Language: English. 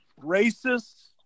racists